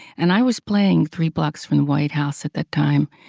and i was playing three blocks from the white house at that time.